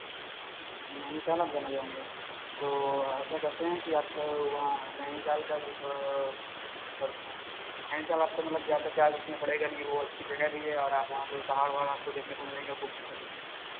नैनीताल आप जाना चाहेंगे तो ऐसा करते हैं कि आपका वहाँ नैनीताल का करते हैं नैनीताल आपको मतलब ज़्यादा चार्ज़ उसमें पड़ेगा नहीं वो अच्छी जगह भी है और आप वहाँ पे आपको पहाड़ वहाड़ देखने को मिलेंगे खूब सारे